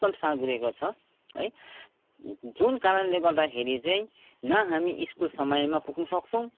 साँघुरिएको छ है जुन कारणले गर्दाखेरि चाहिँ न हामी स्कुल समयमा पुग्न सक्छौँ